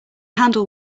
handle